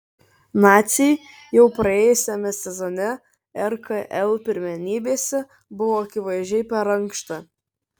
naciui jau praėjusiame sezone rkl pirmenybėse buvo akivaizdžiai per ankšta